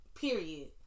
Period